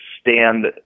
stand